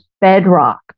bedrock